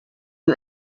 you